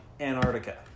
Antarctica